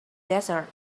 desert